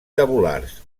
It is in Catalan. tabulars